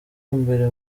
mbere